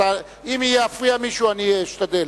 אם יפריע מישהו, אני אשתדל.